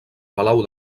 palau